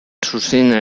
zuzenean